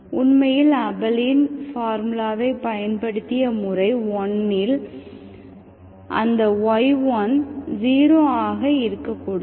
உண்மையில் ஆபெலின் பார்முலாவை பயன்படுத்திய முறை 1 இல் அந்த y1 0ஆக இருக்கக்கூடாது